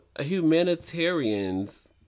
humanitarians